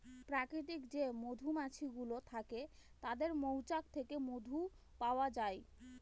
প্রাকৃতিক যে মধুমাছি গুলো থাকে তাদের মৌচাক থেকে মধু পাওয়া যায়